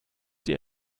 die